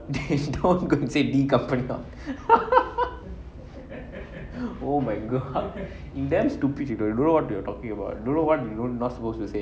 the company oh my god you damn stupid you know you don't know what you are talking about don't know what you are not supposed to say